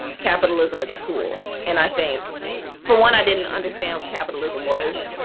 capitalism is a tool. and i think for one, i didn't understand what capitalism was.